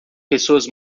pessoas